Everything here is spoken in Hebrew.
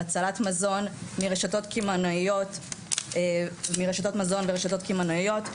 על הצלת מזון מרשתות מזון מרשתות קמעוניות,